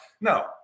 No